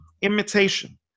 imitation